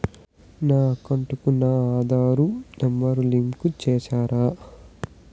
నా అకౌంట్ కు నా ఆధార్ నెంబర్ లింకు చేసారా